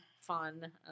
fun